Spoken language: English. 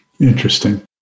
Interesting